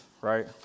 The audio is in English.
right